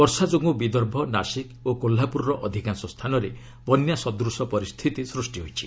ବର୍ଷା ଯୋଗୁଁ ବଦର୍ଭ ନାସିକ୍ ଓ କୋହ୍ଲାପୁରର ଅଧିକାଂଶ ସ୍ଥାନରେ ବନ୍ୟା ସଦୂଶ ପରିସ୍ଥିତି ସୃଷ୍ଟି ହୋଇଛି